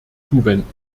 zuwenden